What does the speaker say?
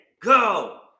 go